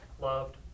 loved